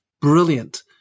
brilliant